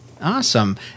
Awesome